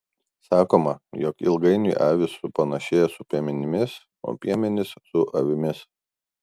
sakoma jog ilgainiui avys supanašėja su piemenimis o piemenys su avimis